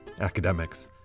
academics